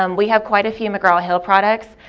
um we have quite a few mcgraw-hill products,